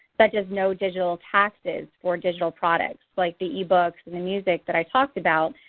such as no digital passes for digital products. like the e-books and the music that i talked about.